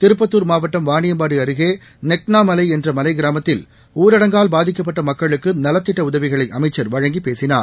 திருப்பத்தூர் மாவட்டம் வாணியம்பாடி அருகே நெக்ளாமலை என்ற மலைகிராமத்தில் ஊரடங்கால் பாதிக்கப்பட்ட மக்களுக்கு நலத்திட்ட உதவிகளை அமைச்சர் வழங்கிப் பேசினார்